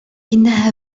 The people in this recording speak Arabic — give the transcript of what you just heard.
إنها